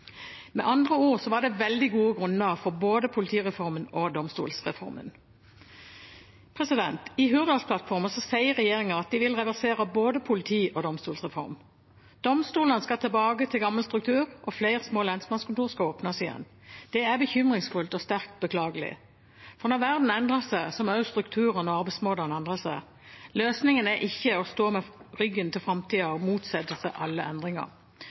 Med andre ord var det veldig gode grunner for både politireformen og domstolsreformen. I Hurdalsplattformen skriver regjeringen at de vil reversere både politi- og domstolsreform. Domstolene skal tilbake til gammel struktur, og flere små lensmannskontor skal åpnes igjen. Det er bekymringsfullt og sterkt beklagelig. Når verden endrer seg, må også strukturene og arbeidsmåtene endre seg. Løsningen er ikke å stå med ryggen til framtida og motsette seg alle endringer.